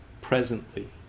Presently